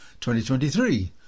2023